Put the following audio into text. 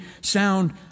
sound